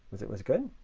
was it was good?